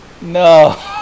no